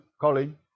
Colin